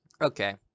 Okay